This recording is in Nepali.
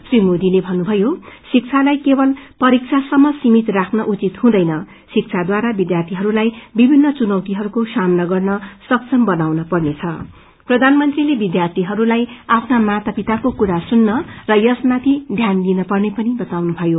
श्री मोदीले मन्नुम्सयो शिक्षालाई केवल परीक्षासम्म सीमित राख्न उचित हुँदैन शिक्षाक्षारा विष्यार्थिहरूलाई विभिन्न चुनौतीहरूको सामना गव्रसक्षम बनाउन पर्नेछं प्रथानमंत्रीले विध्यार्याहस्लई आफ्ना माता पिताको कुरा सुन्न र यसमाथि ध्यान दिन पर्ने पनि बाताउनुषयो